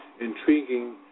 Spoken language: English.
intriguing